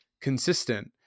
consistent